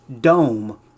dome